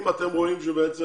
אם אתם רואים שבעצם